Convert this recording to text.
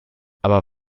aber